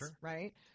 right